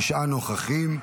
נוכחים.